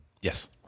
Yes